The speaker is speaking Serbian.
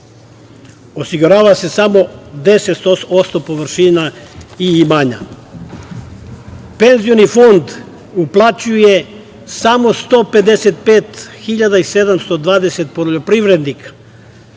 Osigurava se samo 10% površina i imanja. Penzioni fond uplaćuje samo 155 hiljada i 720 poljoprivrednika.